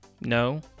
no